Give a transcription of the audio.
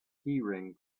keyring